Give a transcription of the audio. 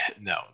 no